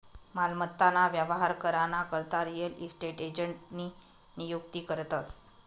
मालमत्ता ना व्यवहार करा ना करता रियल इस्टेट एजंटनी नियुक्ती करतस